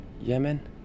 Yemen